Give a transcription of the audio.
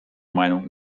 meinung